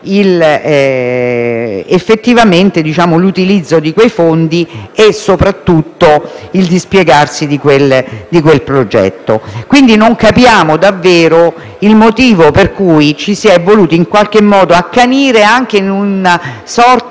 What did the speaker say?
effettivamente l'utilizzo di quei fondi e soprattutto il dispiegarsi di quel progetto. Non capiamo davvero il motivo per cui ci si è voluti accanire in una sorta